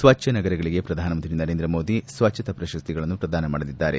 ಸ್ವಚ್ದ ನಗರಗಳಿಗೆ ಪ್ರಧಾನಮಂತ್ರಿ ನರೇಂದ್ರ ಮೋದಿ ಸ್ವಚ್ದತಾ ಪ್ರಶಸ್ತಿಗಳನ್ನು ಪ್ರದಾನ ಮಾಡಲಿದ್ದಾರೆ